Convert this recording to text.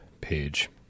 page